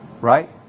Right